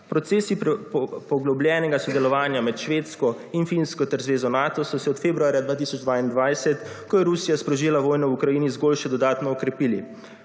Procesi poglobljenega sodelovanja med Švedsko in Finsko ter Zvezo Nato so se od februarja 2022, ko je Rusija sprožila vojno v Ukrajini zgolj še dodatno okrepili.